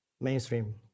mainstream